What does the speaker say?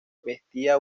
vestía